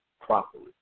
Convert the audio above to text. properly